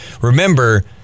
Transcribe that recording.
remember